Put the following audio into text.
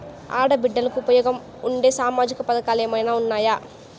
ఆడ బిడ్డలకు ఉపయోగం ఉండే సామాజిక పథకాలు ఏమైనా ఉన్నాయా?